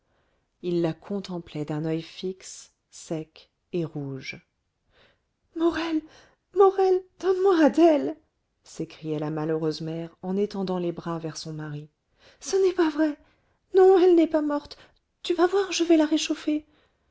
il la contemplait d'un oeil fixe sec et rouge morel morel donne-moi adèle s'écriait la malheureuse mère en étendant les bras vers son mari ce n'est pas vrai non elle n'est pas morte tu vas voir je vais la réchauffer